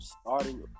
starting